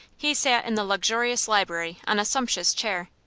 he sat in the luxurious library on a sumptuous chair.